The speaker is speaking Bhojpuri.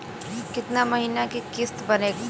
कितना महीना के किस्त बनेगा?